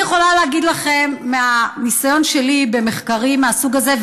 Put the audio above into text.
אני יכולה להגיד לכם מהניסיון שלי במחקרים מהסוג הזה,